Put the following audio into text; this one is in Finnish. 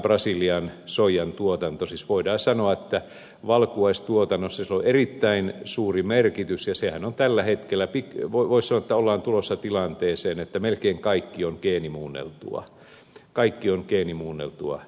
siis voidaan sanoa että valkuaistuotannossa sillä on erittäin suuri merkitys ja tällä hetkellä voisi sanoa ollaan tulossa tilanteeseen että melkein kaikki on geenimuunneltua tuotantoa